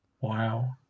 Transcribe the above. Wow